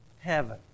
heaven